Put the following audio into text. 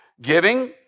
Giving